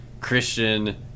Christian